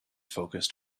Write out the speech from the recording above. focused